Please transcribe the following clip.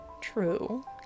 True